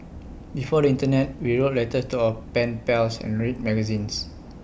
before the Internet we wrote letters to our pen pals and read magazines